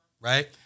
Right